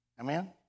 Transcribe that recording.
Amen